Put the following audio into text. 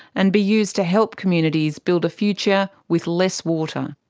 and be used to help communities build a future with less water.